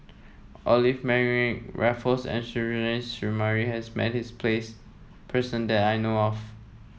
Olivia Mariamne Raffles and Suzairhe Sumari has met his place person that I know of